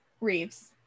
Reeves